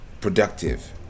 productive